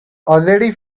already